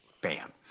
Bam